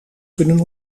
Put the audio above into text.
kunnen